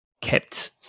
kept